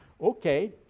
Okay